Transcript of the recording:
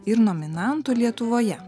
ir nominantu lietuvoje